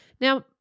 Now